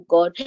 God